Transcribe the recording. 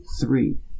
three